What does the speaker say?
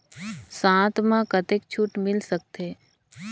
साथ म कतेक छूट मिल सकथे?